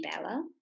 bella